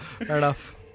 enough